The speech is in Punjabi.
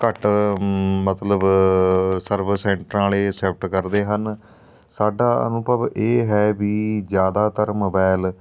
ਘੱਟ ਮਤਲਬ ਸਰਵਿਸ ਸੈਂਟਰਾਂ ਵਾਲੇ ਐਸੈਪਟ ਕਰਦੇ ਹਨ ਸਾਡਾ ਅਨੁਭਵ ਇਹ ਹੈ ਵੀ ਜ਼ਿਆਦਾਤਰ ਮੋਬਾਇਲ